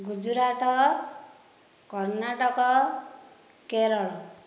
Gujarat Karnataka Kerala